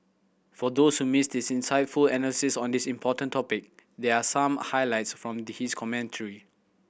for those who missed his insightful analysis on this important topic there are some highlights from the his commentary